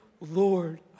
Lord